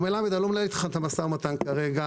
מר מלמד, אני לא מנהל אתך את המשא ומתן כרגע.